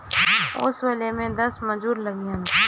ओसवले में दस मजूर लगिहन